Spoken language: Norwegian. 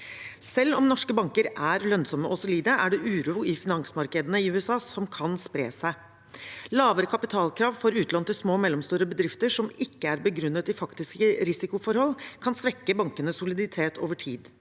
Selv om norske banker er lønnsomme og solide, er det uro i finansmarkedene i USA som kan spre seg. Lavere kapitalkrav for utlån til små og mellomstore bedrifter som ikke er begrunnet i faktiske risikoforhold, kan svekke bankenes soliditet over tid.